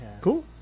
Cool